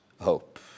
hope